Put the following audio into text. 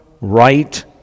right